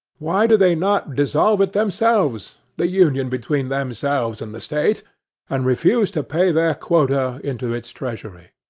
why do they not dissolve it themselves the union between themselves and the state and refuse to pay their quota into its treasury?